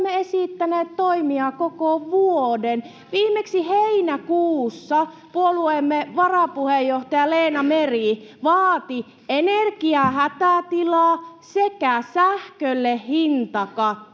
olemme esittäneet toimia koko vuoden. Viimeksi heinäkuussa puolueemme varapuheenjohtaja Leena Meri vaati energiahätätilaa sekä sähkölle hintakattoa.